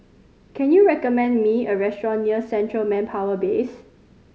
can you recommend me a restaurant near Central Manpower Base